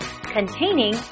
containing